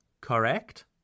correct